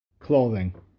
Clothing